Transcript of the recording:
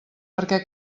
perquè